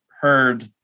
heard